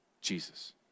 Jesus